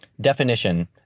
Definition